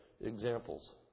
examples